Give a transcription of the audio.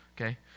Okay